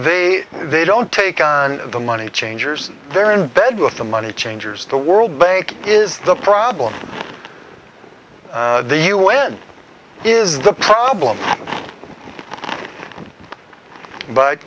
they they don't take on the money changers they're in bed with the money changers the world bank is the problem the un is the problem but